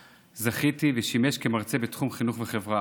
זכיתי והוא שימש כמרצה בתחום חינוך וחברה.